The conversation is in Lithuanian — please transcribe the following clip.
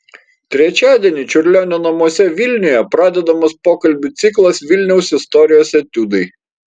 trečiadienį čiurlionio namuose vilniuje pradedamas pokalbių ciklas vilniaus istorijos etiudai